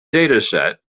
dataset